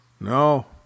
No